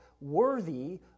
worthy